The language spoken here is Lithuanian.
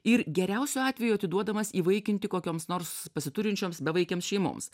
ir geriausiu atveju atiduodamas įvaikinti kokioms nors pasiturinčioms bevaikėm šeimoms